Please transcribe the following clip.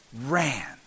ran